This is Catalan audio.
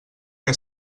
que